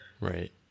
Right